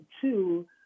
Two